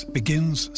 begins